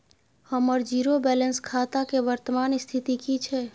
हमर zero balance खाता के वर्तमान स्थिति की छै?